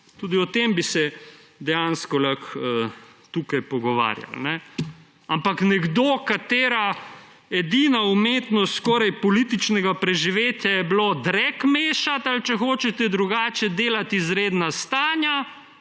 Tudi o tem bi se dejansko lahko tukaj pogovarjali. Ampak nekdo, katerega edina umetnost skoraj političnega preživetja je bilo drek mešati ali delati izredna stanja,